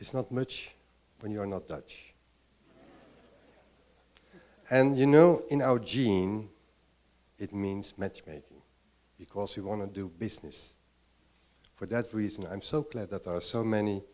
it's not much when you're not dutch and you know in our gene it means matchmaking because you want to do business for that reason i'm so glad that our so many